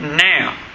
now